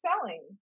selling